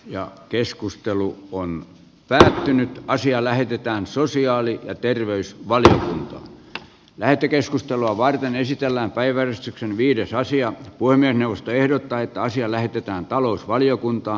ja keskustelu on päättynyt ja asia lähetetään sosiaali ja terveys valita lähetekeskustelua varten esitellään päivän viidestä asia kuin puhemiesneuvosto ehdottaa että asia lähetetään talousvaliokuntaan